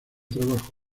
trabajo